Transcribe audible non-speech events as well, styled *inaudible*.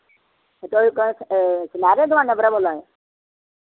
*unintelligible* सनैरे दी दकान परा बोल्ला ने